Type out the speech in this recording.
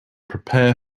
prepare